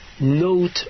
note